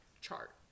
chart